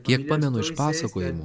kiek pamenu iš pasakojimų